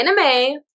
anime